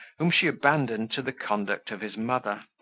whom she abandoned to the conduct of his mother,